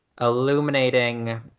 illuminating